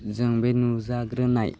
जों बे नुजाग्रोनाय